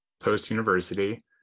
post-university